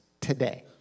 today